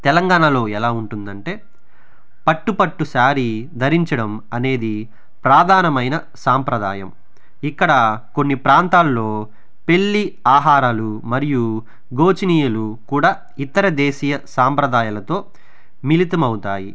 తెలంగాణలో ఎలా ఉంటుంది అంటే పట్టు పట్టు సారీ ధరించడం అనేది ప్రధానమైన సంప్రదాయం ఇక్కడ కొన్ని ప్రాంతాలలో పెళ్లి ఆహారాలు మరియు గోచినీయులు కూడా ఇతర దేశీయ సంప్రదాయాలతో మిళితం అవుతాయి